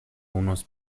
unos